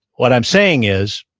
what i'm saying is,